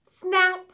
snap